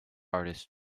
artist